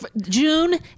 June